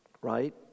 Right